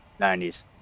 90s